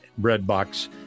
breadbox